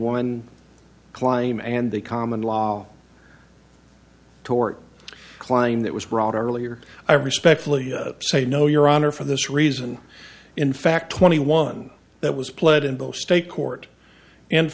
one climb and the common law tort claim that was brought out earlier i respectfully say no your honor for this reason in fact twenty one that was pled in both state court and